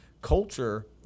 Culture